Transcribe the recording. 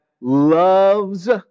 loves